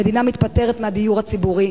המדינה נפטרת מהדיור הציבורי,